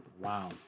Wow